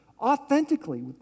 authentically